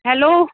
hello